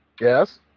Yes